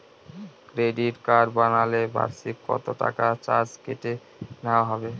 Credit card বানালে বার্ষিক কত টাকা চার্জ কেটে নেওয়া হবে?